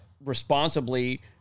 responsibly